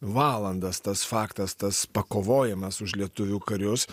valandas tas faktas tas pakovojimas už lietuvių karius